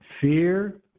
Fear